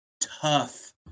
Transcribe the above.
tough